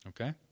Okay